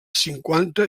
cinquanta